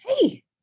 hey